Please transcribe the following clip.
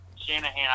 Shanahan